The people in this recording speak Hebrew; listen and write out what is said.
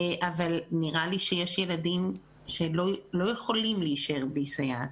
אבל נראה לי שיש ילדים שלא יכולים להישאר בלי סייעת.